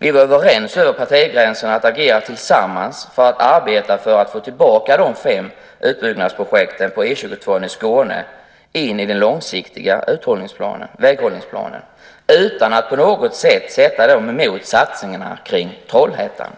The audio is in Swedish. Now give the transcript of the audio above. Vi var överens över partigränserna om att agera tillsammans för att arbeta för att få tillbaka de fem utbyggnadsprojekten på E 22:an i Skåne in i den långsiktiga väghållningsplanen utan att på något sätt sätta dem emot satsningarna på Trollhättan.